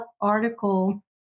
article